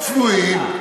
צבועים.